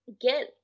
get